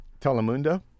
Telemundo